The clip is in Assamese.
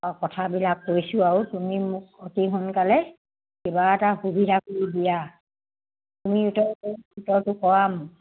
কথাবিলাক কৈছোঁ আৰু তুমি মোক অতি সোনকালে কিবা এটা সুবিধা কৰি দিয়া তুমি কৰাম